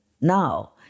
now